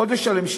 חודש שלם.